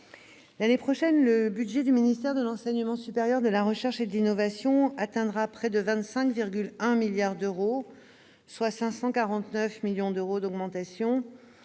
L'année prochaine, le budget du ministère de l'enseignement supérieur, de la recherche et de l'innovation atteindra près de 25,1 milliards d'euros, soit 549 millions d'euros d'augmentation.